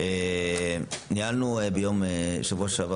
ניהלנו בשבוע שעבר